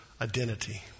identity